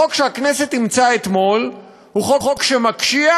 החוק שהכנסת אימצה אתמול הוא חוק שמקשיח